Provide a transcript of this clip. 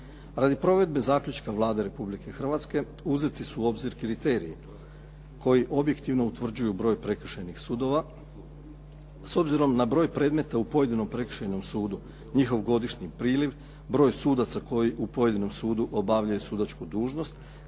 Radi provedbe zaključka Vlade Republike Hrvatske uzeti su u obzir kriteriji koji objektivno utvrđuju broj prekršajnih sudova, s obzirom na broj predmeta u pojedinom prekršajnom sudu, njihov godišnji priliv, broj sudaca koji u pojedinom sudu obavljaju sudačku dužnost,